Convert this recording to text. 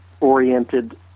oriented